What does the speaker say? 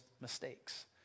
mistakes